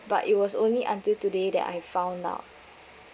but it was only until today that I found out